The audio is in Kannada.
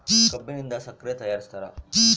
ಕಬ್ಬಿನಿಂದ ಸಕ್ಕರೆ ತಯಾರಿಸ್ತಾರ